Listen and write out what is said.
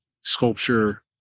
sculpture